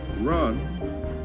run